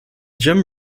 jim